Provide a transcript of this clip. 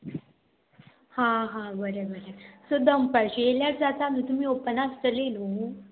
हां हां बरें बरें सो दनपारशी येयल्यार जाता न्हू तुमी ओपन आसतली न्हू